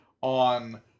on